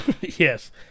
Yes